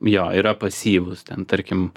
jo yra pasyvūs ten tarkim